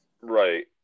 Right